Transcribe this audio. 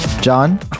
John